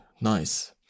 nice